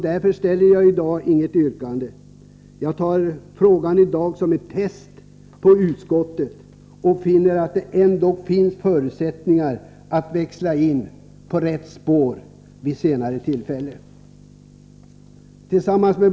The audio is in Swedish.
Därför ställer jag inget yrkande nu. Jag har med min fråga i dag gjort ett test på utskottet. Jag finner att det ändock finns förutsättningar för att utskottet skall kunna växla in på rätt spår vid ett senare tillfälle.